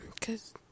cause